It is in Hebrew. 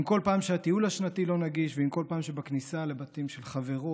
עם כל פעם שהטיול השנתי לא נגיש ועם כל פעם שבכניסה לבתים של חברות,